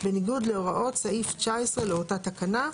בניגוד להוראות סעיף 19 לאותה תקנה.